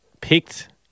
picked